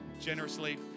generously